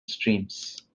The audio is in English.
streams